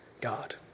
God